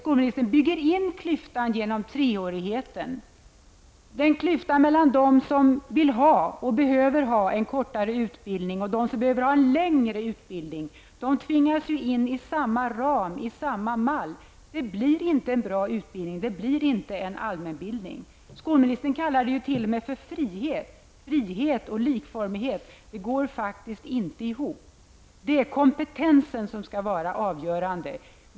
Det är klyftan mellan dem som vill och behöver ha en kortare utbildning och dem som behöver ha en längre utbildning. De tvingas in i samma ram eller samma mall. Det blir inte en bra utbildning eller en allmänbildning. Statsrådet kallade det t.o.m. frihet och likformighet. Det går faktiskt inte ihop. Det är kompetensen som skall vara avgörande.